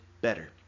better